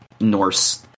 Norse